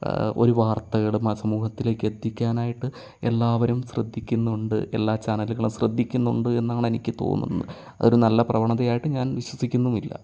ഒരു വാർത്തകൾ മ സമൂഹത്തിലേയ്ക്ക് എത്തിക്കാനായിട്ട് എല്ലാവരും ശ്രദ്ധിക്കുന്നുണ്ട് എല്ലാ ചാനലുകളും ശ്രദ്ധിക്കുന്നുണ്ട് എന്നാണ് എനിക്ക് തോന്നുന്നത് അത് ഒരു നല്ല പ്രവണതയായിട്ടും ഞാൻ വിശ്വസിക്കുന്നുമില്ല